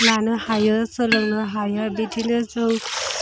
लानो हायो सोलोंनो हायो बिदिनो जों